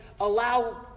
allow